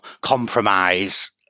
compromise